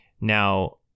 Now